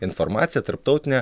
informacija tarptautine